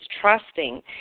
trusting